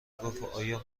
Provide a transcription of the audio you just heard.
گفتایا